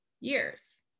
years